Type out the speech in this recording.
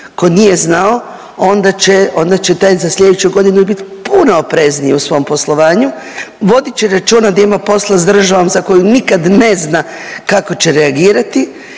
onda će, onda će taj za sljedeću godinu biti puno oprezniji u svom poslovanju, vodit će računa da ima posla s državom za koju nikad ne zna kako će reagirati